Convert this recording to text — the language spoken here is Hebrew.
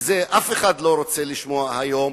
ואף אחד לא רוצה לשמוע היום,